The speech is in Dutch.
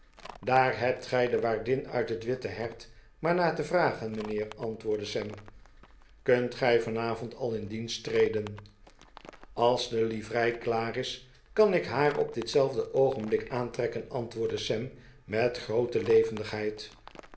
daar hebt gij de waardin uit het witte hert maar naar te vragen mijnheer antwoordde sam kunt gij vanavond al in dienst treden als de livrei klaar is kan ik haar op ditzelfde oogenblik aantrekken antwoordde sam met groote levendigheid